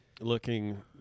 looking